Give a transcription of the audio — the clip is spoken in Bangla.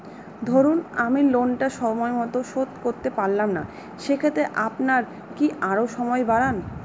ধরুন আমি লোনটা সময় মত শোধ করতে পারলাম না সেক্ষেত্রে আপনার কি আরো সময় বাড়ান?